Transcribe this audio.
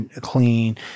clean